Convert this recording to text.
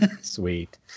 Sweet